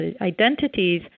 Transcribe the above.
identities